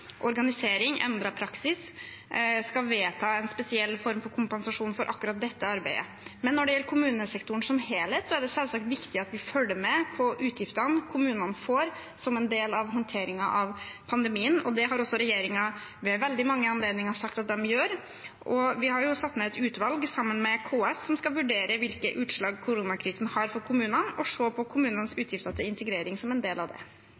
organisering og endret praksis skal vedta en spesiell form for kompensasjon for akkurat dette arbeidet. Når det gjelder kommunesektoren som helhet, er det selvsagt viktig at vi følger med på utgiftene kommunene får, som en del av håndteringen av pandemien. Det har også regjeringen ved veldig mange anledninger sagt at den gjør. Vi har satt ned et utvalg, sammen med KS, som skal vurdere hvilke utslag koronakrisen har for kommunene, og se på kommunenes utgifter til integrering som en del av det.